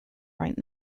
right